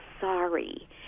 sorry